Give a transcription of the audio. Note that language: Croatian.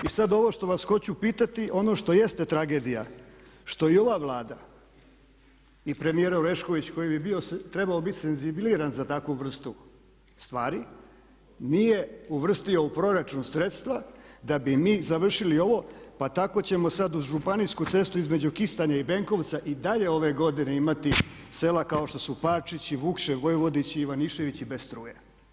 I sad ovo što vas hoću pitati, ono što jeste tragedija, što je i ova Vlada i premijer Orešković koji bi trebao biti senzibiliran za takvu vrstu stvari nije uvrstio u proračun sredstva da bi mi završili ovo pa tako ćemo sad u županijsku cestu između Kistanja i Benkovca i dalje ove godine imati sela kao što su Pačići, Vukše, Vojvodići i Ivaniševići bez struje.